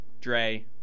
dre